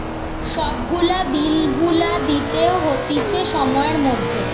সব গুলা বিল গুলা দিতে হতিছে সময়ের মধ্যে